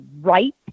right